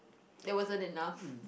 that wasn't enough